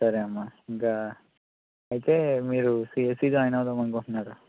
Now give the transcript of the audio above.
సరే అమ్మా ఇంకా అయితే మీరు సీఎస్ఈ జాయిన్ అవుదాం అనుకుంటున్నారు